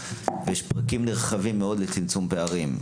ויש פרקים נרחבים מאוד לצמצום פערים,